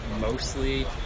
mostly